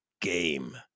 game